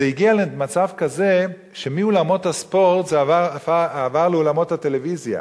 זה הגיע למצב כזה שמאולמות הספורט זה עבר לאולמות הטלוויזיה.